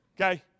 Okay